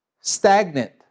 stagnant